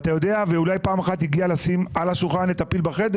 אולי פעם אחת לשים על השולחן את הפיל בחדר